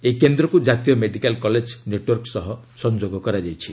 ଏହି କେନ୍ଦ୍ରକୁ ଜାତୀୟ ମେଡିକାଲ୍ କଲେଜ ନେଟ୍ୱର୍କ ସହ ସଂଯୋଗ କରାଯାଇଛି